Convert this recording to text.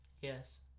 yes